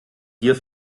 gier